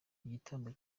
igitambo